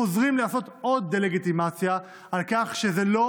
הם חוזרים לעשות עוד דה-לגיטימציה על כך שזה לא